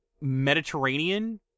Mediterranean